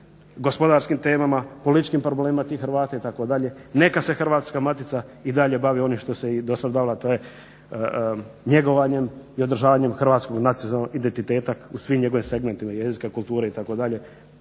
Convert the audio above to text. gospodarskim temama, političkim problemima tih Hrvata itd. Neka se Hrvatska matica i dalje bavi onim što se i do sad bavila, a to je njegovanjem i održavanjem Hrvatskog nacionalnog identiteta u svim njegovim segmentima jezika, kulture itd.